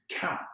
count